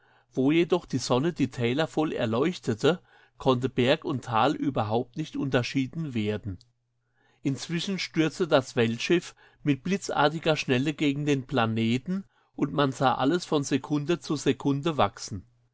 wo jedoch die sonne die täler voll erleuchtete konnte berg und tal überhaupt nicht unterschieden werden inzwischen stürzte das weltschiff mit blitzartiger schnelle gegen den planeten und man sah alles von sekunde zu sekunde wachsen